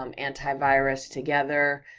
um antivirus together,